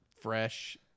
fresh